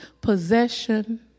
possession